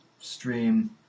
stream